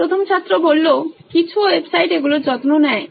প্রথম ছাত্র কিছু ওয়েবসাইট এগুলোর যত্ন নেয়